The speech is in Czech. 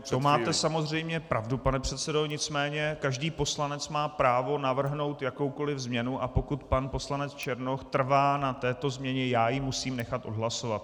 To máte samozřejmě pravdu, pane předsedo, nicméně každý poslanec má právo navrhnout jakoukoliv změnu, a pokud pan poslanec Černoch trvá na této změně, musím ji nechat odhlasovat.